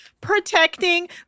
protecting